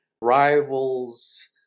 rivals